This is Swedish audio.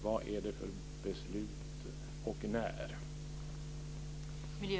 Vad är det för beslut, och när kommer de att fattas?